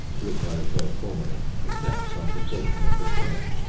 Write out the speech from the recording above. to which i referred formerly, exact some precaution of the kind.